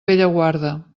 bellaguarda